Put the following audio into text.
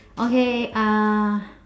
okay uh